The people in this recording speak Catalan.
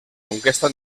conquesta